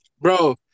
Bro